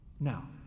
Now